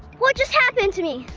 what just happened to me?